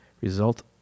result